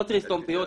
לא צריך לסתום פיות.